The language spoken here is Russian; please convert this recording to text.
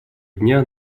дня